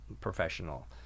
professional